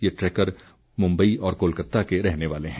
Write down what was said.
ये ट्रैकर मुम्बई और कोलकाता के रहने वाले हैं